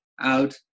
out